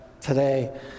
today